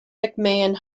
mcmahon